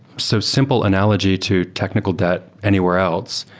so simple analogy to technical debt anywhere else.